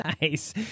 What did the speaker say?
Nice